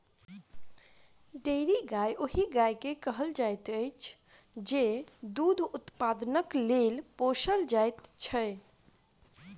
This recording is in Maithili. डेयरी गाय ओहि गाय के कहल जाइत अछि जे दूध उत्पादनक लेल पोसल जाइत छै